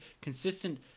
consistent